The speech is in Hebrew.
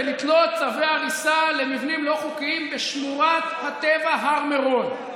ולתלות צווי הריסה למבנים לא חוקיים בשמורת הטבע הר מירון.